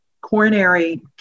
coronary